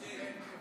כן.